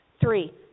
Three